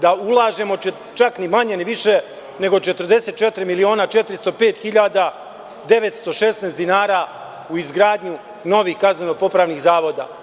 da ulažemo čak ni manje ni više nego 44.405.916 dinara u izgradnju novih kazneno-popravnih zavoda.